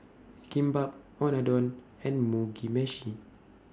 Kimbap Unadon and Mugi Meshi